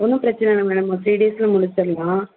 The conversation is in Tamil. ஒன்றும் பிரச்சன இல்லை மேடம் ஒரு த்ரீ டேஸ்ஸில் முடிச்சிடலாம்